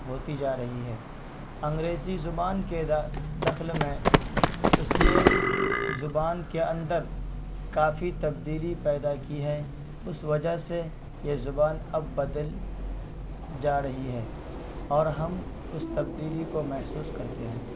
ہوتی جا رہی ہے انگریزی زبان کے دخل میں اس نے زبان کے اندر کافی تبدیلی پیدا کی ہے اس وجہ سے یہ زبان اب بدل جا رہی ہے اور ہم اس تبدیلی کو محسوس کرتے ہیں